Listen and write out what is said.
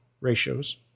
ratios